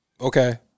Okay